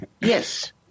Yes